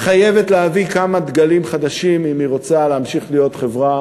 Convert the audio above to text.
חייבת להביא כמה דגלים חדשים אם היא רוצה להמשיך להיות חברה